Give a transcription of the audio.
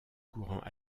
courant